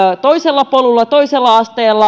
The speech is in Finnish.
toisella polulla toisella asteella